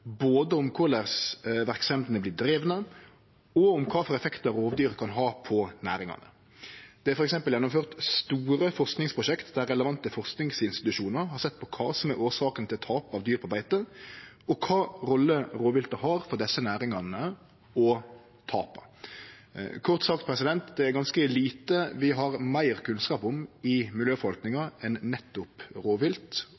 både om korleis verksemdene vert drivne, og om kva for effektar rovdyr kan ha på næringa. Det er f.eks. gjennomført store forskingsprosjekt der relevante forskingsinstitusjonar har sett på kva som er årsaka til tap av dyr på beite, og kva rolle rovviltet har for desse næringane og tapa. Kort sagt: Det er ganske lite vi har meir kunnskap om i